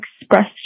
expressed